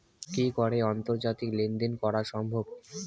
কি করে আন্তর্জাতিক লেনদেন করা সম্ভব?